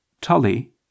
Tully